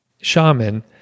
shaman